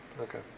Okay